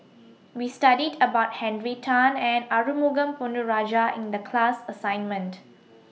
We studied about Henry Tan and Arumugam Ponnu Rajah in The class assignment